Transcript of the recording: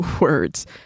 words